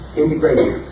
integration